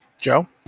Joe